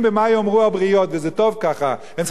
הם צריכים לתת דין-וחשבון בבחירות כל כמה שנים.